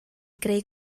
greu